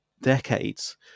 decades